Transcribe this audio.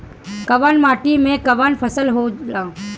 कवन माटी में कवन फसल हो ला?